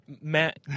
Matt